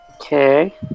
Okay